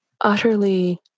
utterly